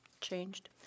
changed